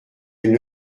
elles